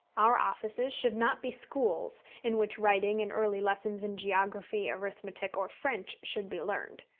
our offices should not be schools in which writing and early lessons in geography, arithmetic, or french should be learned.